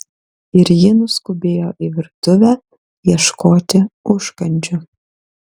ir ji nuskubėjo į virtuvę ieškoti užkandžių